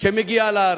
שמגיעות לארץ.